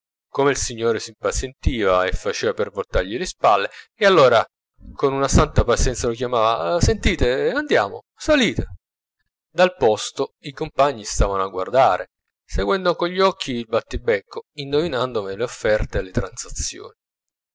come il signore s'impazientiva e faceva per voltargli le spalle e allora con un santa pazienza lo chiamava sentite andiamo salite dal posto i compagni stavano a guardare seguendo con gli occhi il battibecco indovinandone le offerte e le transazioni